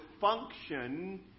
function